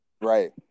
right